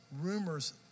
rumors